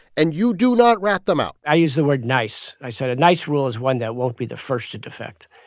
and you do not rat them out i use the word nice. i said a nice rule is one that won't be the first to defect.